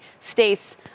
states